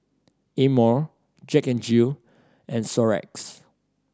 Amore Jack N Jill and Xorex